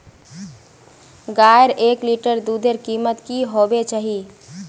गायेर एक लीटर दूधेर कीमत की होबे चही?